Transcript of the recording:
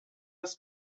des